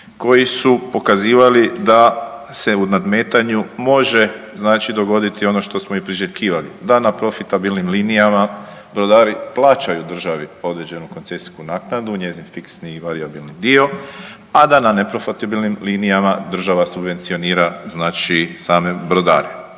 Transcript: koji su pokazivali da se u nadmetanju može dogoditi ono što smo i priželjkivali, da na profitabilnim linijama brodari plaćaju državi određenu koncesijsku naknadu njezin fiksni i varijabilni dio, a na neprofitabilnim linijama država subvencionira same brodare.